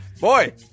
Boy